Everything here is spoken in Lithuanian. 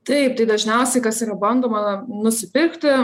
taip tai dažniausiai kas yra bandoma nusipirkti